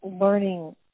learning